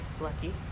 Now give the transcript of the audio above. lucky